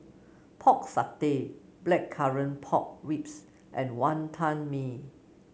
Pork Satay Blackcurrant Pork Ribs and Wonton Mee